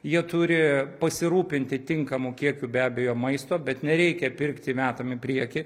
jie turi pasirūpinti tinkamu kiekiu be abejo maisto bet nereikia pirkti metam į priekį